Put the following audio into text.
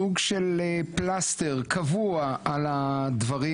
סוג של פלסטר קבוע על הדברים,